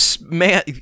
man